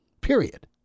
Period